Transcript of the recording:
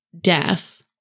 deaf